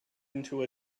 into